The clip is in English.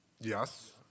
Yes